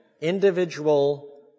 individual